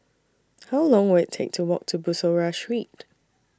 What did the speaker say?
How Long Will IT Take to Walk to Bussorah Street